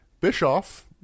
Bischoff